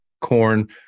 corn